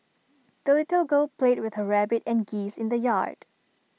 the little girl played with her rabbit and geese in the yard